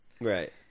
Right